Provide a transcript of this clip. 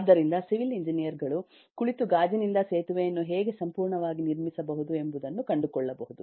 ಆದ್ದರಿಂದ civil engineer ಗಳು ಕುಳಿತು ಗಾಜಿನಿಂದ ಸೇತುವೆಯನ್ನು ಹೇಗೆ ಸಂಪೂರ್ಣವಾಗಿ ನಿರ್ಮಿಸಬಹುದು ಎಂಬುದನ್ನು ಕಂಡುಕೊಳ್ಳಬಹುದು